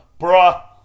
Bruh